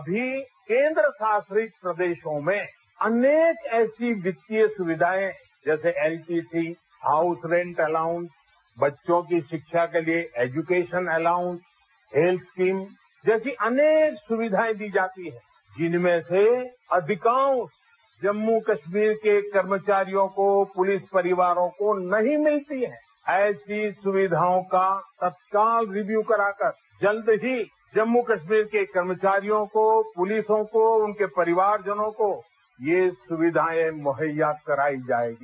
अभी केन्द्रशासित प्रदेशों में अनेक ऐसी वित्तीय सुविधाएं जैसे एलटीसी हाउस रेंट अलाउंस बच्चों की शिक्षा के लिए एजुकेशन अलाउंस हेल्थ स्कीम जैसी अनेक सुविधाएं दी जाती हैं जिनमेंसे अधिकांश जम्मू कश्मीर के कर्मचारियों को पुलिस परिवारों को नहीं मिलती है ऐसी सुविधाओं का तत्काल रिव्यू कराकर जल्द ही जम्मू कश्मीर के कर्मचारियों को पुलिसों को उनके परिवारजनों को ये सुविधाएं मुहैया कराई जायेगी